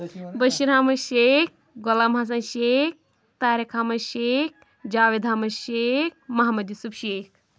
Bashir Ahmad Sheikh Ghulam Hassan Sheikh Tariq Ahmad Sheikh Javed Ahmad Sheikh Mohammad Yousuf Sheikh